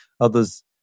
Others